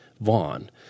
Vaughn